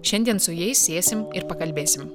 šiandien su jais sėsim ir pakalbėsim